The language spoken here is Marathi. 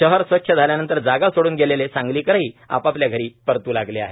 शहर स्वच्छ झाल्यानंतर जागा सोडून गेलेले सांगलीकरही आपापल्या घरी परत् लागले आहेत